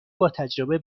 باتجربه